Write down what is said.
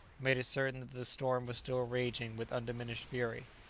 made it certain that the storm was still raging with undiminished fury.